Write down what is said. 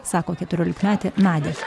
sako keturiolikmetė nadia